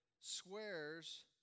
swears